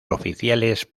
oficiales